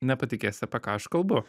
nepatikėsi apie ką aš kalbu